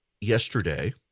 yesterday